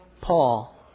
Paul